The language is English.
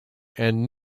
and